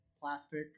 plastic